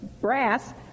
brass